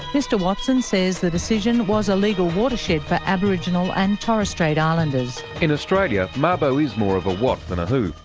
mr watson says the decision was a legal watershed for aboriginal and torres strait islanders. in australia, mabo is more of a what than a who.